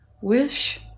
wish